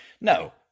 no